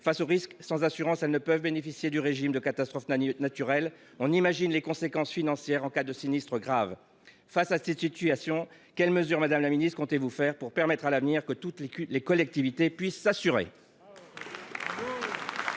face au risque. En effet, sans assurance, elles ne peuvent bénéficier du régime de catastrophe naturelle. On imagine les conséquences financières en cas de sinistre grave… Face à cette situation, Madame la ministre, quelles mesures comptez vous prendre à l’avenir pour que toutes les collectivités puissent s’assurer ?